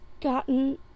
gotten